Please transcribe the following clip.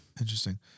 Interesting